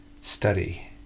study